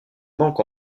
bank